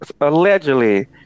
allegedly